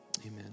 Amen